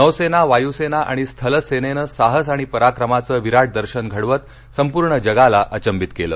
नौसेना वायुसेना आणि स्थलसेनेनं साहस आणि पराक्रमाचं विराट दर्शन घडवत संपूर्ण जगाला अचंबित केलं